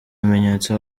bimenyetso